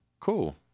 Cool